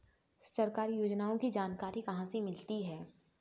सरकारी योजनाओं की जानकारी कहाँ से मिलती है?